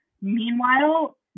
Meanwhile